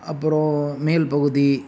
அப்புறம் மேல்பகுதி